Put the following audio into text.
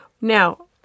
Now